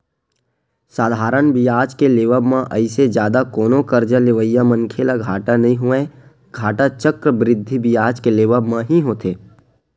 साधारन बियाज के लेवब म अइसे जादा कोनो करजा लेवइया मनखे ल घाटा नइ होवय, घाटा चक्रबृद्धि बियाज के लेवब म ही होथे